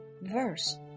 verse